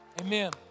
Amen